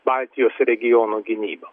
baltijos regiono gynyba